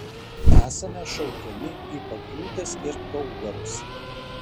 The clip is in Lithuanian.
esame šaukiami į pakriūtes ir gaugarus